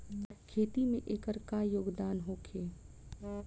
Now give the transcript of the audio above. खेती में एकर का योगदान होखे?